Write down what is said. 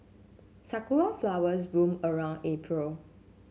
sakura flowers bloom around April